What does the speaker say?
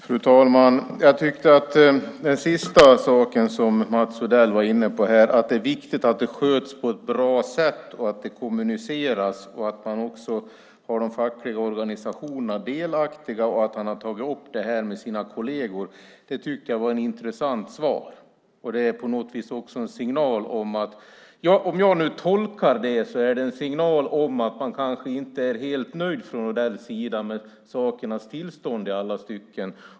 Fru talman! Jag tyckte att den sista saken som Mats Odell var inne på, att det är viktigt att det sköts på ett bra sätt, att det kommuniceras, att man också har de fackliga organisationerna delaktiga och att han har tagit upp det med sina kolleger, var ett intressant svar. Jag tolkar det som en signal om att man kanske inte är helt nöjd från Odells sida med sakernas tillstånd i alla stycken.